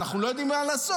אנחנו לא יודעים מה לעשות,